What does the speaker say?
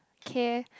K